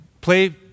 play